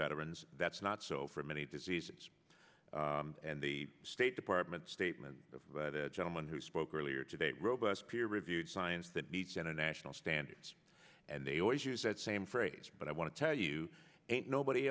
veterans that's not so for many diseases and the state department statement of the gentleman who spoke earlier today robust peer reviewed science that meets international standards and they always use that same phrase but i want to tell you ain't nobody